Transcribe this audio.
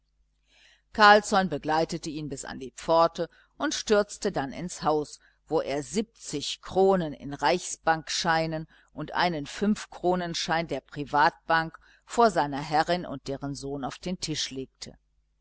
carlsson begleitete ihn bis an die pforte und stürzte dann ins haus wo er siebzig kronen in reichsbankscheinen und einen fünfkronenschein der privatbank vor seiner herrin und deren sohn auf den tisch legte